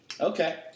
Okay